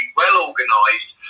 well-organised